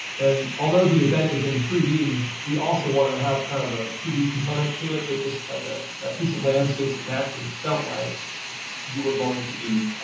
and although the event is in three d, we also wanted to have kind of a two d component to it, just like ah a piece of landscape that naturally felt like you were going to be